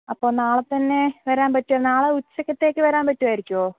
അപ്പോൾ നാളെ തന്നെ വരാൻ പറ്റുമോ നാളെ ഉച്ചക്കത്തേക്ക് വരാൻ പറ്റുമായിരിക്കുമോ